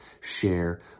Share